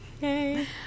Yay